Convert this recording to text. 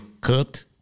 cut